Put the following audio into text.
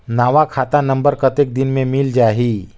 नवा खाता नंबर कतेक दिन मे मिल जाही?